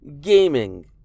gaming